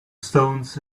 stones